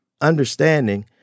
understanding